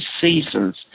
seasons